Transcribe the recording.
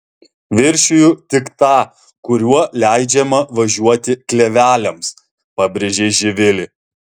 viršiju tik tą kuriuo leidžiama važiuoti kleveliams pabrėžė živilė